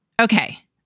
Okay